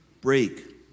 break